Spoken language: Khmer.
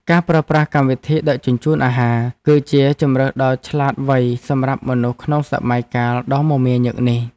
ការប្រើប្រាស់កម្មវិធីដឹកជញ្ជូនអាហារ គឺជាជម្រើសដ៏ឆ្លាតវៃសម្រាប់មនុស្សក្នុងសម័យកាលដ៏មមាញឹកនេះ។